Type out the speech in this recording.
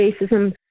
racism